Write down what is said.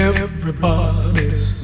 Everybody's